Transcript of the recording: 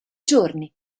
giorni